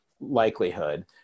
likelihood